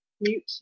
mute